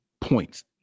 points